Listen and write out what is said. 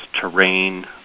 terrain